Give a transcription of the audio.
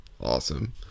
Awesome